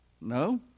No